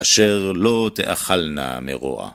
אשר לא תאכלנה מרוע.